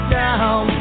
down